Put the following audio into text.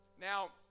Now